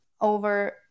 over